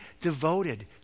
devoted